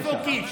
איפה קיש?